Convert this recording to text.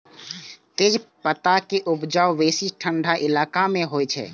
तेजपत्ता के उपजा बेसी ठंढा इलाका मे होइ छै